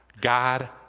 God